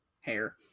hair